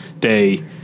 day